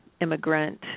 immigrant